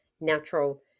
natural